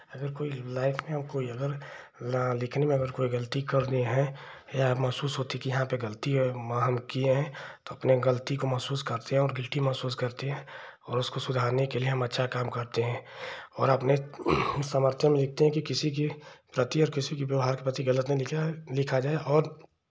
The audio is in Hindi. अगर कोई लाइफ में कोई अगर लिखने में अगर कोई गलती करनी है या महसूस होती कि यहाँ पे गलती है माँ हम किए हैं तो अपने गलती को महसूस करते हैं और गिल्टी महसूस करते हैं और उसको सुधारने ले लिए हम अच्छा काम करते हैं और अपने सामर्थ्य में लिखते हैं कि किसी के प्रति और किसी के व्यवहार के प्रति गलत ना लिखे लिखा जाय और